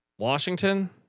Washington